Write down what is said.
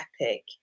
epic